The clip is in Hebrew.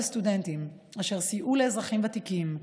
סטודנטים אשר סייעו לאזרחים ותיקים,